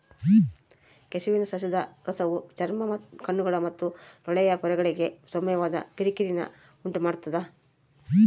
ಕೆಸುವಿನ ಸಸ್ಯದ ರಸವು ಚರ್ಮ ಕಣ್ಣುಗಳು ಮತ್ತು ಲೋಳೆಯ ಪೊರೆಗಳಿಗೆ ಸೌಮ್ಯವಾದ ಕಿರಿಕಿರಿನ ಉಂಟುಮಾಡ್ತದ